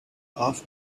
off